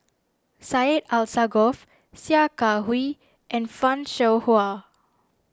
Syed Alsagoff Sia Kah Hui and Fan Shao Hua